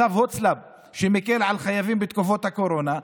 צו הוצל"פ שמקל על חייבים בתקופות הקורונה,